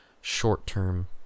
short-term